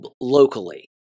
locally